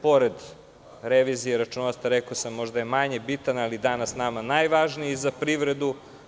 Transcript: Pored revizije računovodstva, rekao sam, možda je manje bitan, ali danas nama najvažniji za privredu.